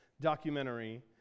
documentary